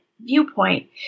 viewpoint